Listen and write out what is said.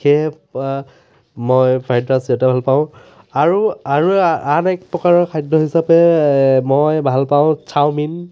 সেয়েহে মই fried rice ইয়াতে ভাল পাওঁ আৰু আৰু আ আন এক প্ৰকাৰৰ খাদ্য হিচাপে মই ভাল পাওঁ চাওমিন